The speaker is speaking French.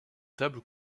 table